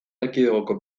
erkidegoko